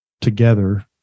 together